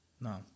No